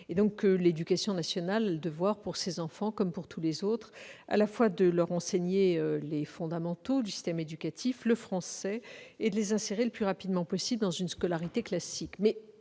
antérieur. L'éducation nationale a le devoir, pour ces enfants comme pour tous les autres, à la fois de leur enseigner les fondamentaux du système éducatif, comme le français, et de les insérer le plus rapidement possible dans une scolarité classique.